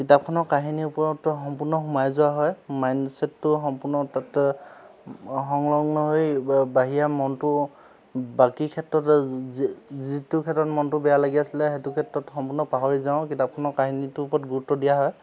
কিতাপখনৰ কাহিনীৰ ওপৰত সম্পূৰ্ণ সোমাই যোৱা হয় মাইণ্ড ছেটটো সম্পূৰ্ণ তাতে সংলগ্ন হৈ ব বাহিৰা মনটো বাকী ক্ষেত্ৰতে যি যিটো ক্ষেত্ৰত মনটো বেয়া লাগি আছিলে সেইটো ক্ষেত্ৰত সম্পূৰ্ণ পাহৰি যাওঁ কিতাপখনৰ কাহিনীটোৰ ওপৰত গুৰুত্ব দিয়া হয়